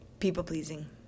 People-pleasing